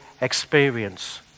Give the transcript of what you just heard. experience